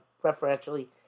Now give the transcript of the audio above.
preferentially